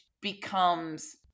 becomes